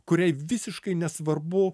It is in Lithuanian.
kuriai visiškai nesvarbu